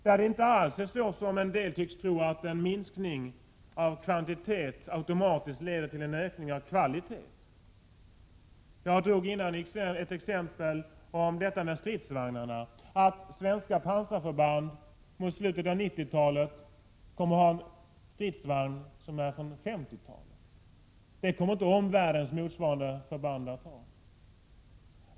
Det är inte alls så, som en del tycks tro, att en minskning av kvantitet automatiskt leder till en ökning av kvalitet. Jag tog tidigare ett exempel som gällde stridsvagnarna. Svenska pansarförband kommer mot slutet av 90-talet att ha en stridsvagn från 50-talet. Det kommer inte motsvarande förband i omvärlden att ha.